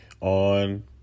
on